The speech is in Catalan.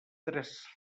tres